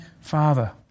Father